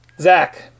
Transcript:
zach